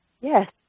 Yes